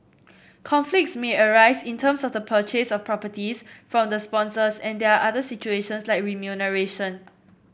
conflicts may arise in terms of the purchase of properties from the sponsors and there are other situations like remuneration